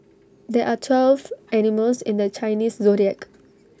there are twelve animals in the Chinese Zodiac